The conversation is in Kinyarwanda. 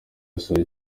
yasoje